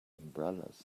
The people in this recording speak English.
umbrellas